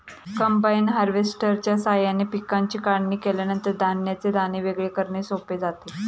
combine हार्वेस्टरच्या साहाय्याने पिकांची काढणी केल्यानंतर धान्याचे दाणे वेगळे करणे सोपे जाते